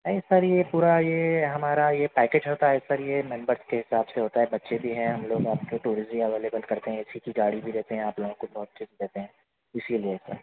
نہیں سر یہ پورا یہ ہمارا یہ پیکیج ہوتا ہے سر یہ ممبرس کے حساب سے ہوتا ہے بچے بھی ہیں ہم لوگ آپ کے ٹورز بھی اویلیبل کرتے ہیں اے سی کی گاڑی بھی دیتے ہیں آپ لوگوں کو بہت ٹپس بھی دیتے ہیں اسی لیے سر